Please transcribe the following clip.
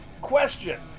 Question